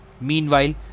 Meanwhile